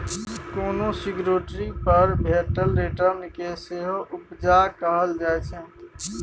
कोनो सिक्युरिटी पर भेटल रिटर्न केँ सेहो उपजा कहल जाइ छै